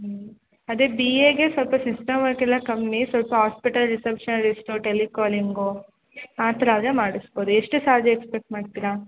ಹ್ಞೂ ಅದೇ ಬಿ ಎಗೆ ಸ್ವಲ್ಪ ಸಿಸ್ಟಮ್ ವರ್ಕೆಲ್ಲ ಕಮ್ಮಿ ಸ್ವಲ್ಪ ಹಾಸ್ಪಿಟಲ್ ರಿಸೆಪ್ಷನಲಿಷ್ಟು ಟೆಲಿಕಾಲಿಂಗು ಆ ಥರ ಆದರೆ ಮಾಡಿಸ್ಬೋದ್ ಎಷ್ಟು ಸ್ಯಾಲ್ರಿ ಎಕ್ಸೆಪ್ಟ್ ಮಾಡ್ತೀರಾ